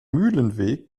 mühlenweg